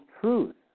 truth